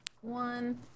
one